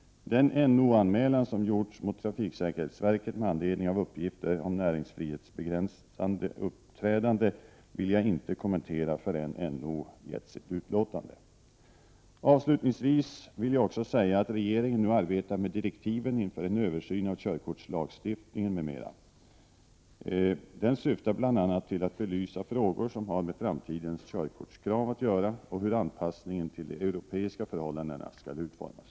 Den NO-anmälan som gjorts mot trafiksäkerhetsverket med anledning av uppgifter om näringsfrihetsbegränsande uppträdande vill jag inte kommentera förrän NO gett sitt utlåtande. Avslutningsvis vill jag också säga att regeringen nu arbetar med direktiven inför en översyn av körkortslagstiftningen m.m. Den syftar bl.a. till att belysa frågor som har med framtidens körkortskrav att göra och hur anpassningen till de europeiska förhållandena skall utformas.